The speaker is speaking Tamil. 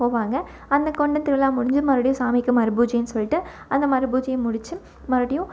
போவாங்க அந்த கொண்டம் திருவிழா முடிஞ்சு மறுபடியும் சாமிக்கு மறு பூஜைன்னு சொல்லிவிட்டு அந்த மறு பூஜையும் முடித்து மறுபடியும்